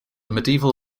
medieval